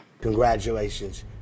Congratulations